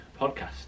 podcast